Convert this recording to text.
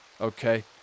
Okay